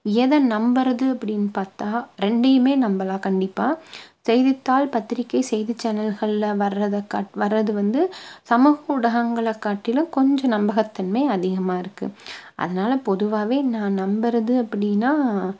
எதை நம்புறது அப்படினு பார்த்தா ரெண்டையுமே நம்பலாம் கண்டிப்பாக செய்தித்தாள் பத்திரிகை செய்தி சேனல்களில் வர்றதை காட் வர்றது வந்து சமூக ஊடகங்கள காட்டிலும் கொஞ்சம் நம்பகத்தன்மை அதிகமாக இருக்கு அதனால பொதுவாகவே நான் நம்புறது அப்படினா